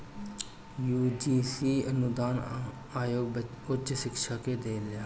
UGC अनुदान आयोग उच्च शिक्षा के देखेला